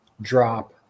drop